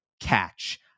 catch